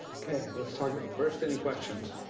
okay, let's talk, first, any questions?